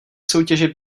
soutěži